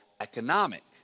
economic